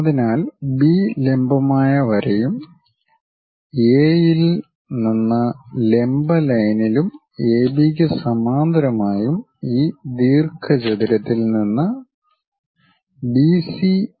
അതിനാൽ ബി ലംബമായ വരയും എയിൽ നിന്ന് ലംബ ലൈനിലും എബിക്ക് സമാന്തരമായും ഈ ദീർഘചതുരത്തിൽ നിന്ന് ബിസി അകലെ വരയ്ക്കുക